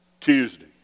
Tuesday